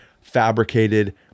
fabricated